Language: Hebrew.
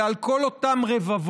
אלא על כל אותם רבבות